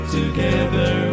together